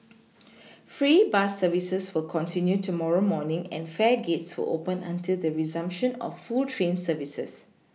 free bus services will continue tomorrow morning and fare gates will open until the resumption of full train services